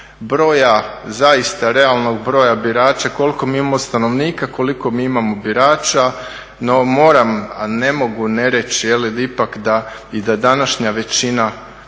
broja, zaista realnog broja birača, koliko mi imamo stanovnika, koliko mi imamo birača. No moram a ne mogu ne reći ipak i da današnja većina saborska,